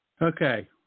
Okay